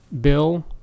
Bill